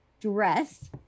dress